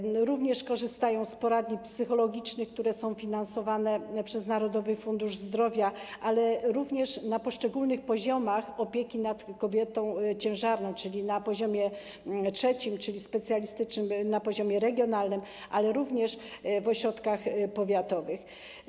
Korzystają również z usług poradni psychologicznych, które są finansowane przez Narodowy Fundusz Zdrowia, ale także na poszczególnych poziomach opieki nad kobietą ciężarną, czyli na poziomie trzecim, specjalistycznym, na poziomie regionalnym, ale również w ośrodkach powiatowych.